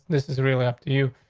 this is really up to you.